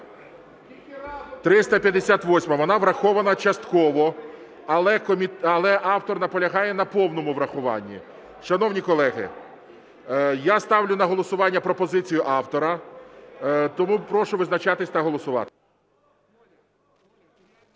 358, вона врахована частково, але автор наполягає на повному врахуванні. Шановні колеги, я ставлю на голосування пропозицію автора, тому прошу визначатись та голосувати.